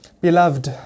beloved